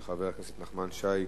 של חבר הכנסת נחמן שי,